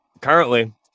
currently